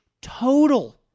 total